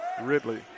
Ridley